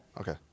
Okay